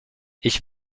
ich